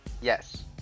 Yes